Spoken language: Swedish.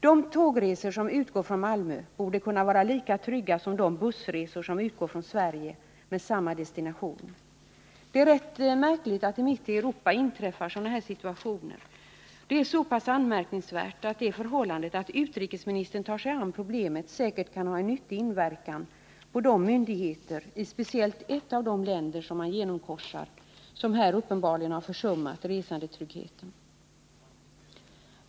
De tågresor som utgår från Malmö borde kunna vara lika trygga som de bussresor som utgår från Sverige med samma destination. Det är rätt märkligt att det mitt i Europa inträffat sådana här situationer. Detta är mycket anmärkningsvärt, och det förhållandet att utrikesministern tar sig an problemet kan säkert ha en nyttig inverkan på myndigheterna i speciellt ett av de länder som genomkorsas och som uppenbarligen har försummat resandetryggheten.